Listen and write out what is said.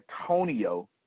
Antonio